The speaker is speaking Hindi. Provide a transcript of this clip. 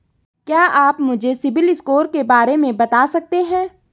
क्या आप मुझे सिबिल स्कोर के बारे में बता सकते हैं?